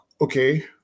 okay